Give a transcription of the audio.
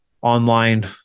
online